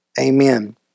Amen